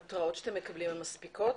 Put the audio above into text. ההתרעות שאתם מקבלים הן מספיקות?